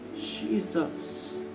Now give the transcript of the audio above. Jesus